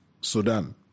Sudan